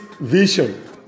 vision